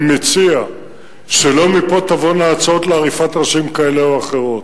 אני מציע שלא מפה תבואנה הצעות לעריפות ראשים כאלה או אחרות.